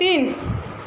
তিন